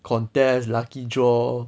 contest lucky draw